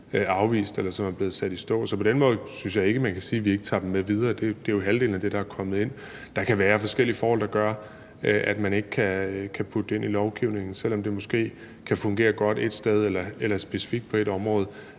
afvist, eller som er blevet sat i stå. Så på den måde synes jeg ikke man kan sige, at vi ikke tager dem med videre. Det er jo halvdelen af det, der er kommet ind. Der kan være forskellige forhold, der gør, at man ikke kan putte det ind i lovgivningen, selv om det måske kan fungere godt ét sted eller specifikt på ét område.